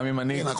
גם אם אני --- כן,